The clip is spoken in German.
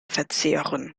verzehren